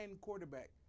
quarterback